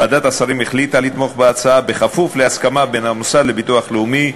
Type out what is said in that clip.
ועדת השרים החליטה לתמוך בהצעה בכפוף להסכמה בין המוסד לביטוח הלאומי,